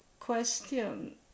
question